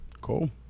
Cool